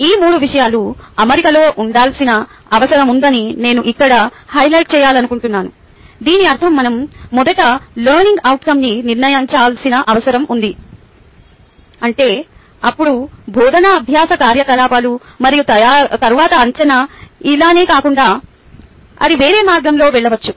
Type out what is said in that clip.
ఈ మూడు విషయాలు అమరికలో ఉండాల్సిన అవసరం ఉందని నేను ఇక్కడ హైలైట్ చేయాలనుకుంటున్నాను దీని అర్థం మనం మొదట లెర్నింగ్ అవుట్కంన్ని నిర్ణయించాల్సిన అవసరం ఉంటే అప్పుడు బోధనా అభ్యాస కార్యకలాపాలు మరియు తరువాత అంచనా ఇలానే కాకుండా అది వేరే మార్గంలో వెళ్ళవచ్చు